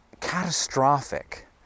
catastrophic